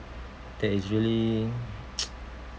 that is really